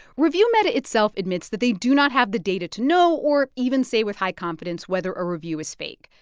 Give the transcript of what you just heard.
reviewmeta itself admits that they do not have the data to know or even say with high confidence whether a review is fake.